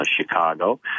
Chicago